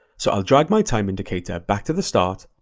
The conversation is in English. so i'll drag my time indicator back to the start,